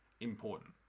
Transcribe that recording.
important